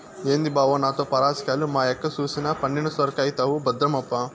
ఏంది బావో నాతో పరాసికాలు, మా యక్క సూసెనా పండిన సొరకాయైతవు భద్రమప్పా